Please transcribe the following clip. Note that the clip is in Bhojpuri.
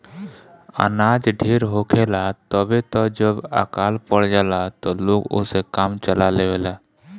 अनाज ढेर होखेला तबे त जब अकाल पड़ जाला त लोग ओसे काम चला लेवेला